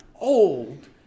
old